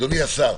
אדוני השר,